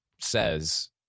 says